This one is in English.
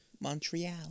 Montreal